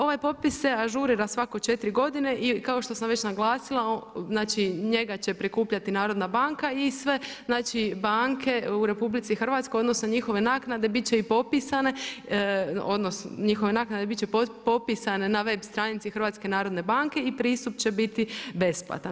Ovaj popis se ažurira svako 4 godine i kao što sam već naglasila, znači njega će prikupljati narodna banka i sve znači banke u RH, odnosno njihove naknade biti će i popisane, odnosno, njihove naknade biti će popisane na web stranici HNB-a i pristup će biti besplatan.